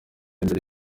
mbere